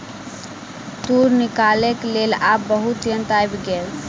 तूर निकालैक लेल आब बहुत यंत्र आइब गेल